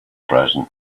present